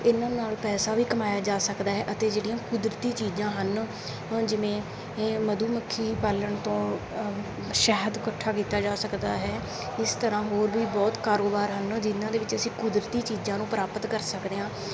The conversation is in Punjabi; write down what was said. ਇਹਨਾਂ ਨਾਲ ਪੈਸਾ ਵੀ ਕਮਾਇਆ ਜਾ ਸਕਦਾ ਹੈ ਅਤੇ ਜਿਹੜੀਆਂ ਕੁਦਰਤੀ ਚੀਜ਼ਾਂ ਹਨ ਜਿਵੇਂ ਮਧੂਮੱਖੀ ਪਾਲਣ ਤੋਂ ਸ਼ਹਿਦ ਇਕੱਠਾ ਕੀਤਾ ਜਾ ਸਕਦਾ ਹੈ ਇਸ ਤਰ੍ਹਾਂ ਹੋਰ ਵੀ ਬਹੁਤ ਕਾਰੋਬਾਰ ਹਨ ਜਿਹਨਾਂ ਦੇ ਵਿੱਚ ਅਸੀਂ ਕੁਦਰਤੀ ਚੀਜ਼ਾਂ ਨੂੰ ਪ੍ਰਾਪਤ ਕਰ ਸਕਦੇ ਹਾਂ